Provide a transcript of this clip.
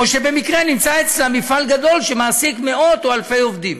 או שבמקרה נמצא אצלה מפעל גדול שמעסיק מאות או אלפי עובדים?